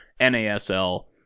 NASL